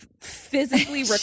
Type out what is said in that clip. physically